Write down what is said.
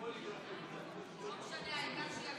אלה תוצאות ההצבעה בקריאה הטרומית על